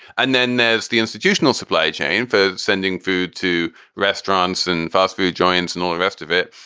and then there's the institutional supply chain for sending food to restaurants and fast food joints and all the rest of it.